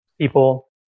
people